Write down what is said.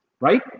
Right